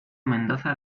mendoza